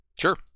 Sure